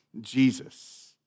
Jesus